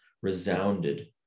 resounded